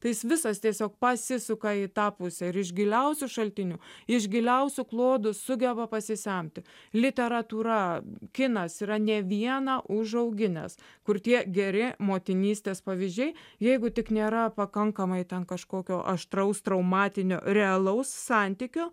tai visas tiesiog pasisuka į tą pusę ir iš giliausių šaltinių iš giliausių klodų sugeba pasisemti literatūra kinas yra ne vieną užauginęs kur tie geri motinystės pavyzdžiai jeigu tik nėra pakankamai ten kažkokio aštraus traumatinio realaus santykio